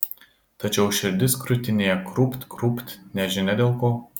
tačiau širdis krūtinėje krūpt krūpt nežinia dėl ko